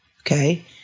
Okay